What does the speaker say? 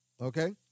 Okay